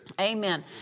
Amen